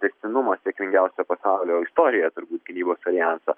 tęstinumas sėkmingiausio pasaulio istorijoje turbūt gynybos aljanso